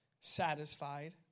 satisfied